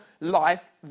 life